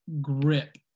grip